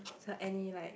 so any like